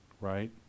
right